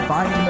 Find